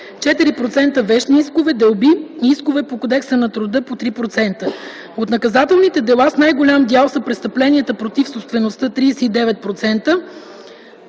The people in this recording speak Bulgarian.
4% - вещни искове, делби и искове по Кодекса на труда – по 3%. От наказателните дела с най-голям дял са престъпленията против собствеността – 39%,